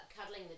cuddling